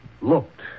looked